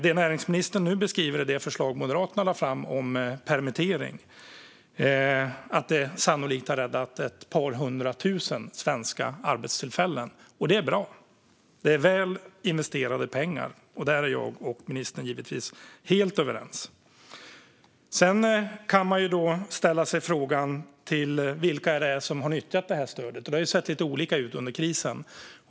Det näringsministern nu beskriver är att det förslag som Moderaterna lade fram om permittering sannolikt har räddat ett par hundra tusen svenska arbetstillfällen, och det är bra. Det är väl investerade pengar. Om detta är jag och näringsministern givetvis helt överens. Sedan kan man ställa sig frågan vilka det är som har nyttjat stödet. Det har ju sett lite olika ut under krisen.